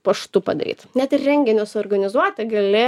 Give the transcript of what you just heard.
paštu padaryt net ir renginius suorganizuoti gali